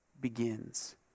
begins